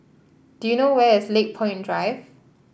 do you know where is Lakepoint Drive